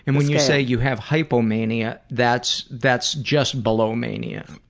and when you say you have hypomania, that's that's just below mania.